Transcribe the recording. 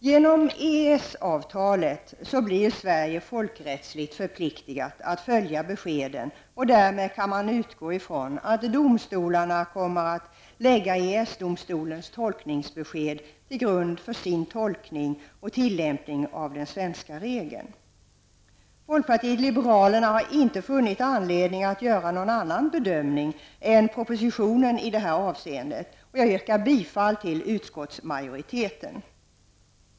Genom EES-avtalet blir Sverige folkrättsligt förpliktigat att följa beskeden. Därmed kan man utgå från att domstolarna kommer att lägga EES domstolens tolkningsbesked till grund för sin tolkning och tillämpning av den svenska regeln. Folkpartiet liberalerna har inte funnit anledning att göra någon annan bedömning än den som görs i propositionen i det här avseendet, och jag yrkar bifall till utskottets hemställan.